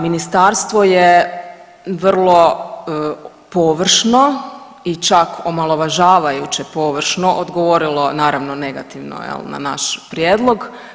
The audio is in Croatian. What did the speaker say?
Ministarstvo je vrlo površno i čak omalovažavajuće površno odgovorilo, naravno, negativno je li na naš prijedlog.